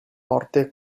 morte